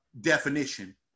definition